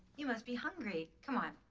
you must be hungry. come on,